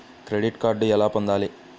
Credit card ఎలా పొందాలి?